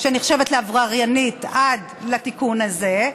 שנחשבת לעבריינית עד לתיקון הזה,